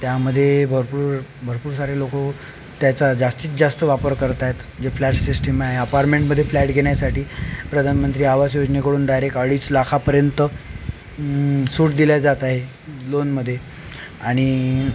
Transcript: त्यामध्ये भरपूर भरपूर सारे लोकं त्याचा जास्तीत जास्त वापर करत आहेत जे फ्लॅट सिस्टीम आहे अपारमेंटमध्ये फ्लॅट घेण्यासाठी प्रधानमंत्री आवास योजनेकडून डायरेक्ट अडीच लाखापर्यंत सूट दिली जात आहे लोनमध्ये आणि